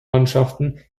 mannschaften